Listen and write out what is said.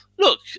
Look